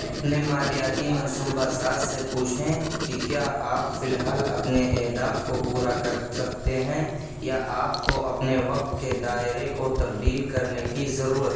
اپنے مالیاتی منصوبہ ساز سے پوچھیں کہ کیا آپ فی الحال اپنے اہداف کو پورا کر سکتے ہیں یا آپ کو اپنے وقت کے دائرے کو تبدیل کرنے کی ضرورت ہے